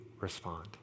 respond